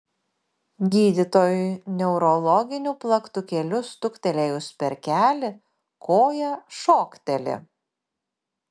gydytojui neurologiniu plaktukėliu stuktelėjus per kelį koja šokteli